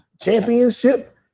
Championship